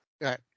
Right